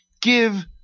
Give